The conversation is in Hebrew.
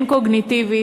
הן קוגניטיבית,